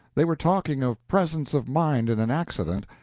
they were talking of presence of mind in an accident,